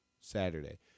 Saturday